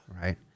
Right